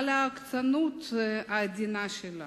על העוקצנות העדינה שלו,